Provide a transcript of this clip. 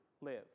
live